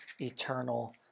eternal